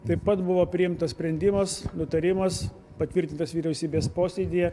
taip pat buvo priimtas sprendimas nutarimas patvirtintas vyriausybės posėdyje